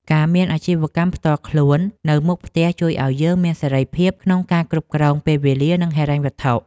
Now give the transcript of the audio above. ការមានអាជីវកម្មផ្ទាល់ខ្លួននៅមុខផ្ទះជួយឱ្យយើងមានសេរីភាពក្នុងការគ្រប់គ្រងពេលវេលានិងហិរញ្ញវត្ថុ។